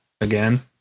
again